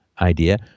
idea